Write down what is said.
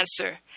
answer